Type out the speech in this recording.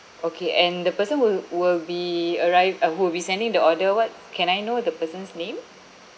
okay and the person will will be arrive uh who will be sending the order what can I know the person's name